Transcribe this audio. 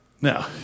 Now